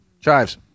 Chives